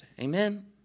Amen